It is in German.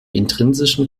intrinsischen